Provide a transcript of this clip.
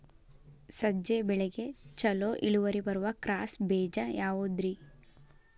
ಸಜ್ಜೆ ಬೆಳೆಗೆ ಛಲೋ ಇಳುವರಿ ಬರುವ ಕ್ರಾಸ್ ಬೇಜ ಯಾವುದ್ರಿ?